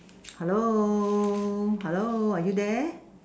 hello hello are you there